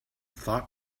thought